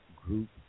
group